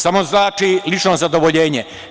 Samo znači, lično zadovoljenje.